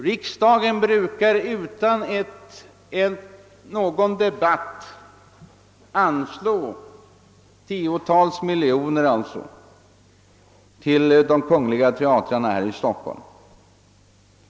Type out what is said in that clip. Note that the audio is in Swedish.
Riksdagen brukar utan någon debatt anslå tiotals miljoner kronor till de kungliga teatrarna här i Stockholm.